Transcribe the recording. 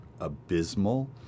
abysmal